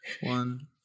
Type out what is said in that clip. One